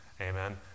Amen